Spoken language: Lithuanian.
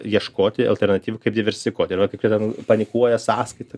ieškoti alternatyvų kaip diversifikuoti ir va kiekviena panikuoja sąskaita